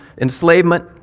enslavement